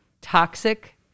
toxic